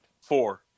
Four